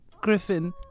griffin